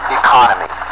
economy